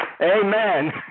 amen